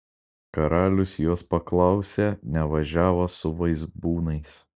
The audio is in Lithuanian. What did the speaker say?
karalius jos paklausė nevažiavo su vaizbūnais